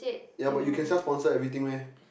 ya but you can self sponsor everything meh